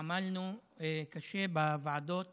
עמלנו קשה בוועדות